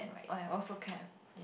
!aiyo! also can